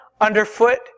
underfoot